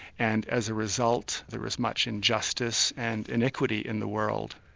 and as a result there is much injustice and iniquity in the world.